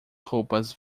roupas